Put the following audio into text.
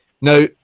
Now